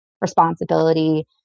responsibility